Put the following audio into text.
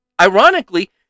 ironically